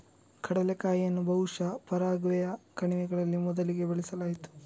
ಕಡಲೆಕಾಯಿಯನ್ನು ಬಹುಶಃ ಪರಾಗ್ವೆಯ ಕಣಿವೆಗಳಲ್ಲಿ ಮೊದಲಿಗೆ ಬೆಳೆಸಲಾಯಿತು